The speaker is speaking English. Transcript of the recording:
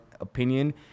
opinion